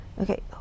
Okay